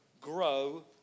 grow